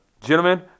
gentlemen